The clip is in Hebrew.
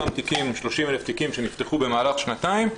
אותם 30,000 תיקים שנפתחו במהלך שנתיים.